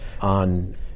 On